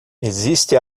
existe